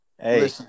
Hey